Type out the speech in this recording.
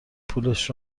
پولش